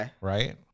right